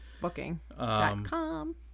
booking.com